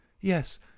Yes